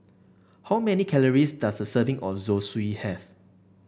how many calories does a serving of Zosui have